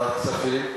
ועדת כספים.